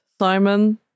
Simon